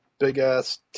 big-ass